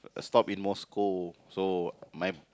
a stop in Moscow so my